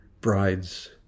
Brides